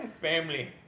Family